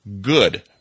good